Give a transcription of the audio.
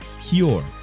Pure